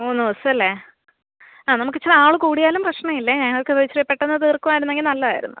മൂന്ന് ദിവസം അല്ലേ ആ നമുക്ക് ഇത്തിരി ആൾ കൂടിയാലും പ്രശ്നമില്ല ഞങ്ങൾക്ക് ഇത് ഇത്തിരി പെട്ടെന്ന് തീർക്കുമായിരുന്നെങ്കിൽ നല്ലതായിരുന്നു